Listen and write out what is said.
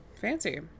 Fancy